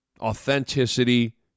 authenticity